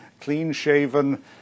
clean-shaven